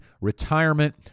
retirement